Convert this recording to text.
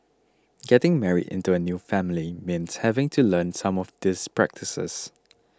getting married into a new family means having to learn some of these practices